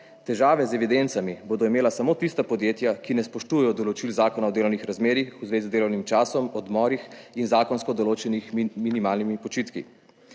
Težave z evidencami bodo imela samo tista podjetja, ki ne spoštujejo določil zakona o delovnih razmerjih v zvezi z delovnim časom, odmorih in zakonsko določenih minimalnimi počitki.